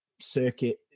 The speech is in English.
circuit